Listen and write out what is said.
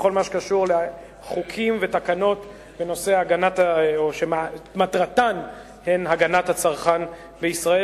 בכל מה שקשור לחוקים ולתקנות שמטרתם הגנת הצרכן בישראל.